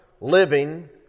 living